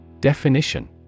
Definition